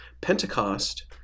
Pentecost